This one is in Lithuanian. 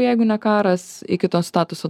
jeigu ne karas iki to statuso